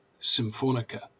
Symphonica